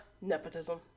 nepotism